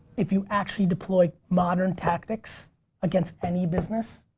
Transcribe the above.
if you actually deploy modern tactics against any business,